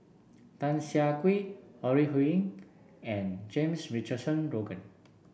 Tan Siah Kwee Ore Huiying and James Richardson Logan